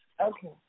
Okay